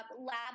lab